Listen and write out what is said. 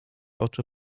oczy